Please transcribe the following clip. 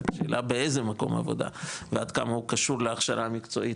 השאלה באיזה מקום עבודה ועד כמה הוא קשור להכשרה המקצועית,